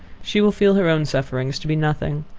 she will feel her own sufferings to be nothing.